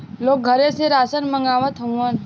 लोग घरे से रासन मंगवावत हउवन